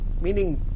meaning